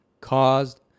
caused